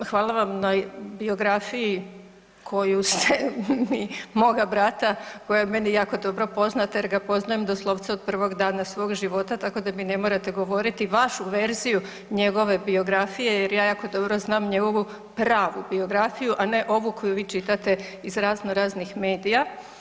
Hvala vam i na biografiji moga brata koja je meni jako dobro poznata jer ga poznajem doslovce od prvog dana svog života, tako da mi ne morate govoriti vašu verziju njegove biografije jer ja jako dobro znam njegovu pravu biografiju, a ne ovu koju vi čitate iz razno raznih medija.